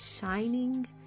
shining